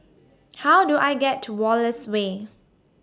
How Do I get to Wallace Way